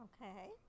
Okay